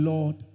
Lord